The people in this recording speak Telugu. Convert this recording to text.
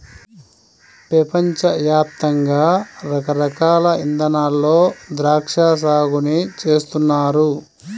పెపంచ యాప్తంగా రకరకాల ఇదానాల్లో ద్రాక్షా సాగుని చేస్తున్నారు